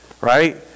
Right